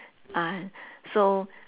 uh so